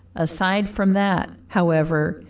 aside from that, however,